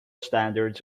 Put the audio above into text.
standards